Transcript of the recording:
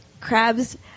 crabs